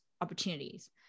opportunities